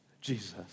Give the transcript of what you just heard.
Jesus